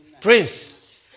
Prince